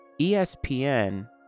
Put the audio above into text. ESPN